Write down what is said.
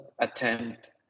attempt